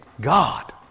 God